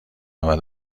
نود